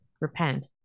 Repent